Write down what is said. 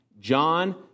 John